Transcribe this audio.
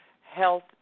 health